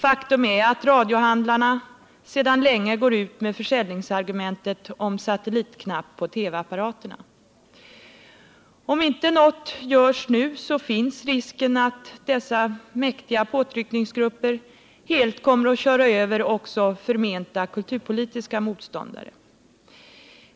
Faktum är att radiohandlarna sedan länge går ut med försäljningsargumentet om satellitknapp på TV-apparaterna. Om inte något görs nu finns risken att dessa mäktiga påtryckningsgrupper helt kommer att köra över också förmenta kulturpolitiska motståndare.